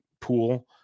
pool